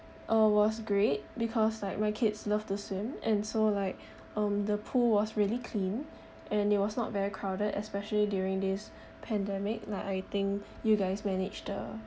uh was great because like my kids love to swim and so like um the pool was really clean and it was not very crowded especially during this pandemic like I think you guys manage the